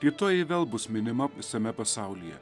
rytoj ji vėl bus minima visame pasaulyje